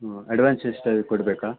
ಹ್ಞೂ ಅಡ್ವಾನ್ಸ್ ಎಷ್ಟಾದರೂ ಕೊಡಬೇಕಾ